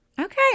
okay